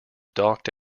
docked